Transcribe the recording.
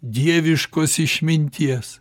dieviškos išminties